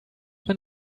wenn